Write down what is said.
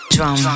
Drum